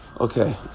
Okay